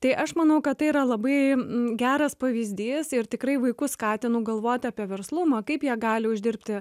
tai aš manau kad tai yra labai geras pavyzdys ir tikrai vaikus skatinu galvoti apie verslumą kaip jie gali uždirbti